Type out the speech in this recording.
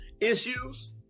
issues